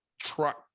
truck